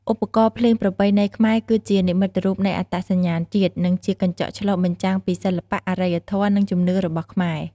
ឧបករណ៍ភ្លេងប្រពៃណីខ្មែរ គឺជានិមិត្តរូបនៃអត្តសញ្ញាណជាតិ និងជាកញ្ចក់ឆ្លុះបញ្ចាំងពីសិល្បៈ អរិយធម៌ និងជំនឿរបស់ខ្មែរ។